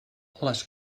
les